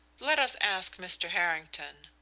let us ask mr. harrington.